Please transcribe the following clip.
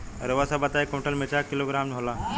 रउआ सभ बताई एक कुन्टल मिर्चा क किलोग्राम होला?